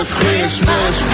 Christmas